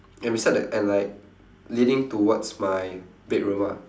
and beside that and like leading towards my bedroom ah